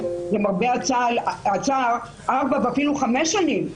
למרבה הצער ארבע שנים ואפילו חמש שנים.